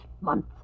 month